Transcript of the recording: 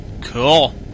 Cool